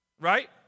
Right